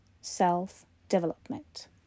self-development